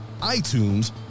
iTunes